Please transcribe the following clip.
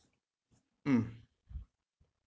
mm